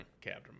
Captain